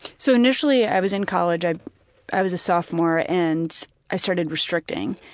so initially i was in college, i i was sophomore and i started restricting.